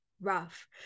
rough